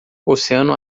oceano